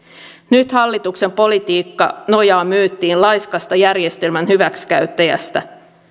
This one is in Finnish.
nyt hallituksen politiikka nojaa myyttiin laiskasta järjestelmän hyväksikäyttäjästä